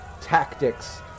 tactics